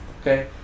Okay